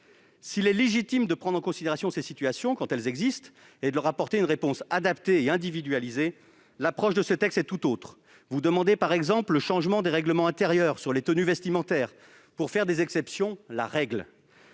S'il est légitime de prendre en considération ces situations quand elles existent, et de leur apporter une réponse adaptée et individualisée, l'approche de ce texte est tout autre. M. le ministre demande, par exemple, le changement des règlements intérieurs sur les tenues vestimentaires pour faire des exceptions la règle.